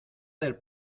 del